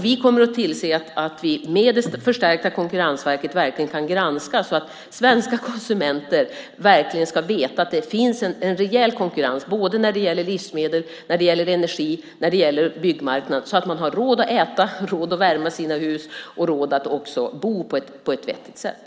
Vi kommer att tillse att vi med det förstärkta Konkurrensverket verkligen kan granska så att svenska konsumenter verkligen ska veta att det finns en rejäl konkurrens både när det gäller livsmedel och när det gäller energi och byggmarknad, så att de har råd att äta, råd att värma sina hus och råd att också bo på ett vettigt sätt.